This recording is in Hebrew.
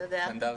סטנדרטי.